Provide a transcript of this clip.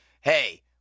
hey